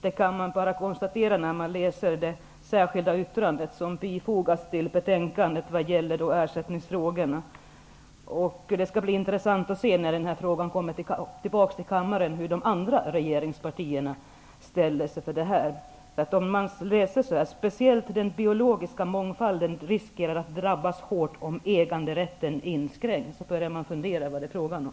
Det kan man bara konstatera när man läser det särskilda yttrande som bifogats betänkandet vad gäller ersättningsfrågorna. Det skall bli intressant att se, när denna fråga kommer tillbaka till kammaren, hur de andra regeringspartierna ställer sig. Man börjar fundera vad det är frågan om när man läser följande i det särskilda yttrandet från Moderaterna: Speciellt den biologiska mångfalden riskerar att drabbas hårt om äganderätten inskränks.